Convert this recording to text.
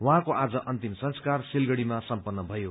उहाँको आज अन्तिम संस्कार सिलगढ़ीमा सम्पत्र भयो